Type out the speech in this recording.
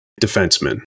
defenseman